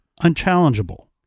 unchallengeable